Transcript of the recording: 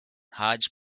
hodge